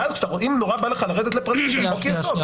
ואז אם נורא בא לך לרדת לפרטים של חוק-יסוד,